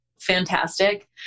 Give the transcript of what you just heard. fantastic